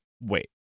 wait